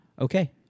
okay